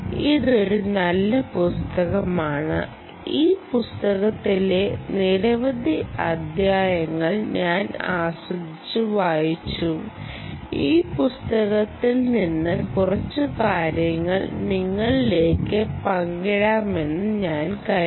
ഇതൊരു നല്ല പുസ്തകമാണ് ഈ പുസ്തകത്തിലെ നിരവധി അധ്യായങ്ങൾ ഞാൻ ആസ്വദിച്ചു വായിച്ചു ഈ പുസ്തകത്തിൽ നിന്ന് കുറച്ച് കാര്യങ്ങൾ നിങ്ങളിലേക്ക് പങ്കിടാമെന്നു ഞാൻ കരുതി